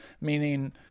meaning